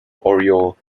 oriole